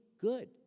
good